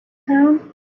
town